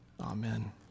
Amen